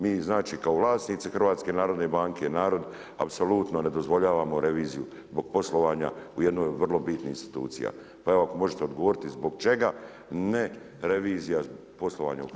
Mi kao vlasnici HNB-a, narod apsolutno ne dozvoljavamo reviziju zbog poslovanja u jednoj od vrlo bitnih institucija pa evo ako možete odgovoriti zbog čega ne revizija poslovanja u HNB-u.